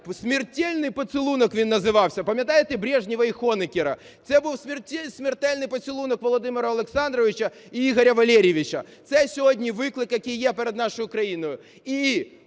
"смертельний поцілунок" він називався, пам'ятаєте, Брежнєва і Гонекера. Це був "смертельний поцілунок" Володимира Олександровича і Ігоря Валерійовича. Це сьогодні виклик, який є перед нашою країною.